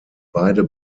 beide